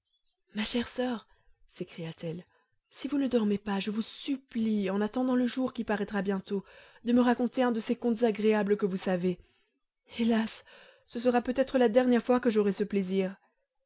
ma chère soeur s'écria-t-elle si vous ne dormez pas je vous supplie en attendant le jour qui paraîtra bientôt de me raconter un de ces contes agréables que vous savez hélas ce sera peut-être la dernière fois que j'aurai ce plaisir